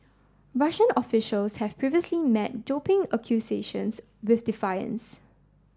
Russian officials have previously met doping accusations with defiance